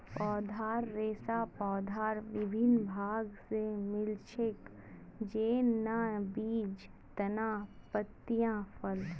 पौधार रेशा पौधार विभिन्न भाग स मिल छेक, जैन न बीज, तना, पत्तियाँ, फल